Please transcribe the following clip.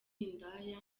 indaya